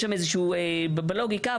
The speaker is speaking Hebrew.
יש שם איזשהו בלוגיקה,